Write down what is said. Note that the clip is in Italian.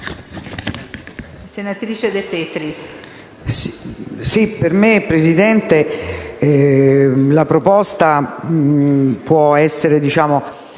senatrice De Petris.